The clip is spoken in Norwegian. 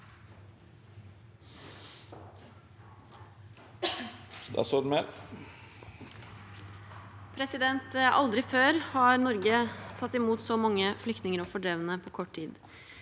Aldri før har Nor- ge tatt imot så mange flyktninger og fordrevne på kort tid.